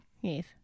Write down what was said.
yes